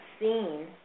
seen